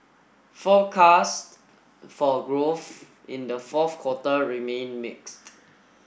forecasts for growth in the fourth quarter remain mixed